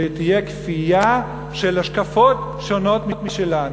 שתהיה כפייה של השקפות שונות משלנו.